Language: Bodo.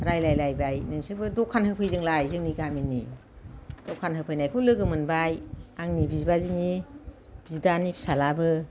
रायलायलायबाय नोंसोरबो दखान होफैदोंलाय जोंनि गामिनि दखान होफैनायखौ लोगो मोनबाय आंनि बिबाजैनि बिदानि फिसाज्लाबो